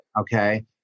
okay